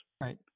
Right